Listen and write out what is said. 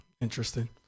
interesting